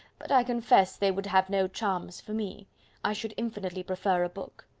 but i confess they would have no charms for me i should infinitely prefer a book.